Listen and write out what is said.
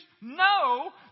no